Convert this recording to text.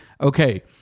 Okay